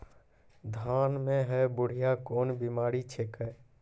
धान म है बुढ़िया कोन बिमारी छेकै?